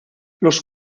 los